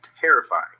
terrifying